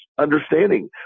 understanding